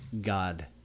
God